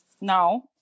now